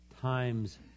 times